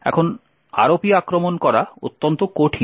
এখন ROP আক্রমণ করা অত্যন্ত কঠিন